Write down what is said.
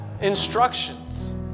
instructions